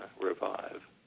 revive